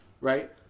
right